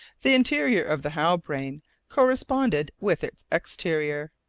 the interior of the halbrane corresponded with its exterior.